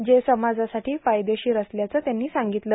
जे समाजासाठी फायदेशीर असल्याचंही त्यांनी सांगितलं